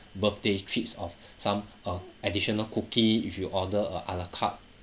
birthday treats of some uh additional cookie if you order a ala carte